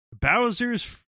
Bowser's